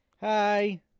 Hi